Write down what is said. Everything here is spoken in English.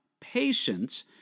patience